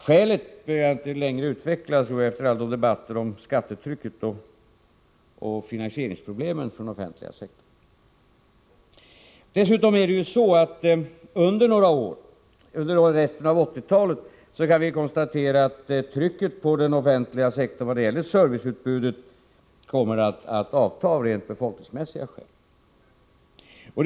Skälen behöver jag inte längre utveckla, tror jag, efter alla debatter om skattetrycket och finansieringsproblemen för den offentliga sektorn. Dessutom kan vi konstatera att trycket på den offentliga sektorn i vad gäller serviceutbudet under resten av 1980-talet kommer att avta av rent befolkningsmässiga skäl.